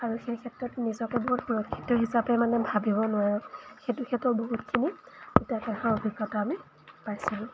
আৰু সেই ক্ষেত্ৰত নিজকে বহুত সুৰক্ষিত হিচাপে মানে ভাবিব নোৱাৰোঁ সেইটো ক্ষেত্ৰত বহুতখিনি তিতা কেহা অভিজ্ঞতা আমি পাইছিলোঁ